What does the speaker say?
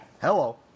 Hello